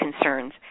concerns